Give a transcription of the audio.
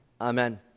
Amen